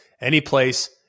anyplace